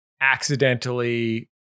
accidentally